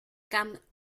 camp